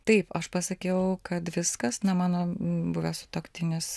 taip aš pasakiau kad viskas na mano buvęs sutuoktinis